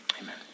Amen